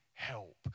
help